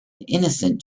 innocent